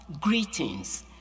greetings